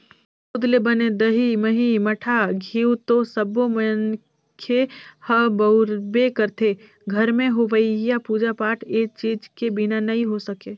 दूद ले बने दही, मही, मठा, घींव तो सब्बो मनखे ह बउरबे करथे, घर में होवईया पूजा पाठ ए चीज के बिना नइ हो सके